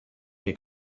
che